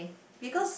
because